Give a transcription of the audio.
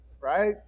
right